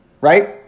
Right